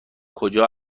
کجا